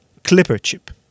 ClipperChip